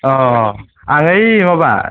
अ आं ओइ माबा